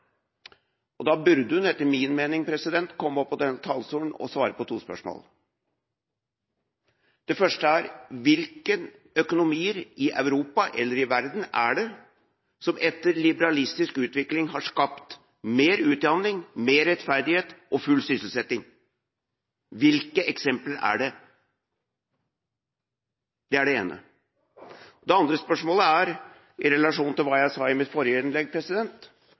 her. Da burde hun, etter min mening, komme opp på denne talerstolen og svare på to spørsmål. Det første er: Hvilke økonomier i Europa eller i verden er det som etter liberalistisk utvikling har skapt mer utjamning, mer rettferdighet og full sysselsetting? Hvilke eksempler er det? Det er det ene. Det andre spørsmålet er i relasjon til det jeg sa i mitt forrige innlegg: